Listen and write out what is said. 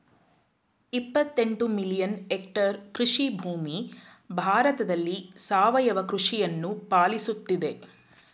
ಇಪ್ಪತ್ತೆಂಟು million hectare ಕೃಷಿಭೂಮಿ ಭಾರತದಲ್ಲಿ ಸಾವಯವ ಕೃಷಿಯನ್ನು ಪಾಲಿಸುತ್ತಿದೆ